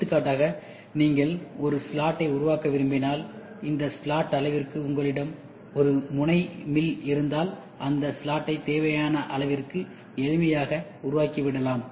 எடுத்துக்காட்டாக நீங்கள் ஒரு ஸ்லாட்டை உருவாக்க விரும்பினால் இந்த ஸ்லாட் அளவிற்கு உங்களிடம் ஒரு முனைமில் இருந்தால் அந்த ஸ்லாட்டை தேவையான அளவிற்கு எளிமையாக உருவாக்கிவிடலாம்